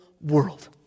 world